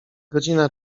godzina